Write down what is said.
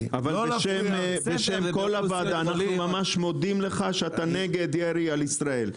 בשם כל הוועדה אנחנו ממש מודים לך שאתה נגד ירי על ישראל.